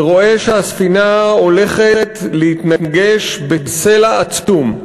ורואה שהספינה הולכת להתנגש בסלע עצום,